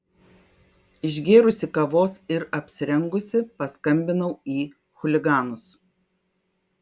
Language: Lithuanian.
išgėrusi kavos ir apsirengusi paskambinau į chuliganus